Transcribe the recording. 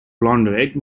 launderette